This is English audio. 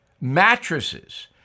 mattresses